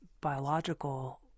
biological